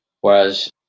Whereas